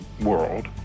world